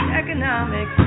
economic